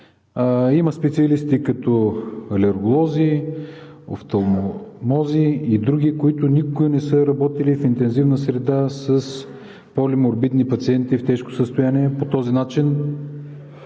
Има специалисти като алерголози, офталмолози и други, които никога не са работили в интензивна среда с полиморбидни пациенти в тежко състояние. По този начин